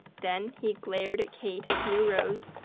then he glared at kate as he arose,